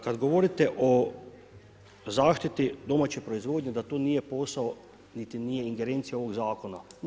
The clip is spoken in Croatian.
Kada govorite o zaštiti domaće proizvodnje da to nije posao niti nije ingerencija ovog zakona.